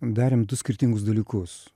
darėm du skirtingus dalykus